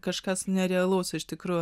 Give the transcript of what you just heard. kažkas nerealaus o iš tikrųjų